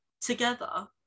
together